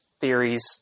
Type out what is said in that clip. theories